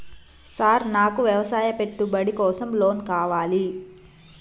Sir నాకు వ్యవసాయ పెట్టుబడి కోసం లోన్ కావాలి?